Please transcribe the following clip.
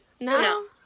No